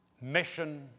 mission